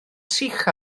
sych